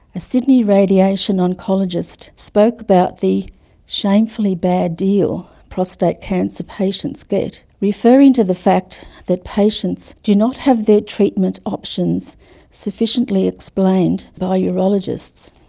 a sydney radiation oncologist spoke about the shamefully bad deal prostate cancer patients get, referring to the fact that patients do not have their treatment options sufficiently explained by urologists.